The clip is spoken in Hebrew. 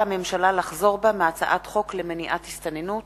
הממשלה לחזור בה מהצעת חוק למניעת הסתננות,